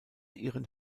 ihren